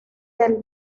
del